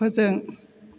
फोजों